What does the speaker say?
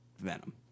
venom